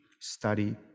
study